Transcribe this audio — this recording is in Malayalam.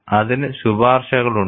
അതിന് ശുപാർശകളുണ്ട്